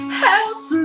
house